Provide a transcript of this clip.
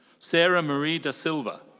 sarah marie da silva.